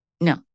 No